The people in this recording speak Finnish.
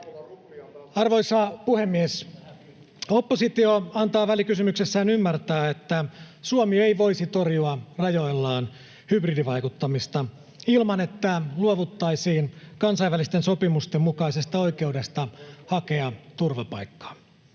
Arvoisa puhemies! Oppositio antaa välikysymyksessään ymmärtää, että Suomi ei voisi torjua rajoillaan hybridivaikuttamista ilman, että luovuttaisiin kansainvälisten sopimusten mukaisesta oikeudesta hakea turvapaikkaa.